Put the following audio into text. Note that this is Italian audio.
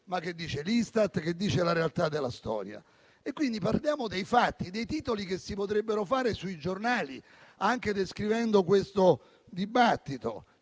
ma che dicono l'Istat e la realtà della storia. Partiamo quindi dai fatti, dai titoli che si potrebbero fare sui giornali anche descrivendo questo dibattito: